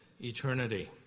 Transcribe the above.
eternity